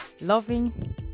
loving